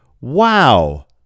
Wow